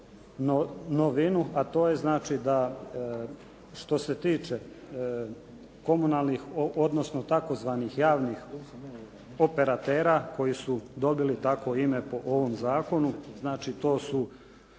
novinu, a to je znači da što se tiče komunalnih odnosno tzv. javnih operatera koji su dobili tako ime po ovom zakonu znači to su